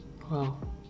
Wow